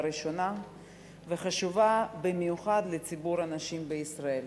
הראשונה וחשובה במיוחד לציבור הנשים בישראל.